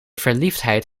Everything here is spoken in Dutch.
verliefdheid